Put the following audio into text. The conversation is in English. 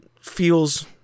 feels